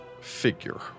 figure